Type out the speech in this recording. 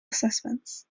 assessments